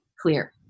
clear